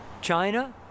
China